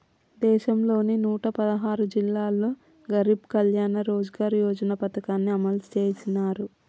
దేశంలోని నూట పదహారు జిల్లాల్లో గరీబ్ కళ్యాణ్ రోజ్గార్ యోజన పథకాన్ని అమలు చేసినారు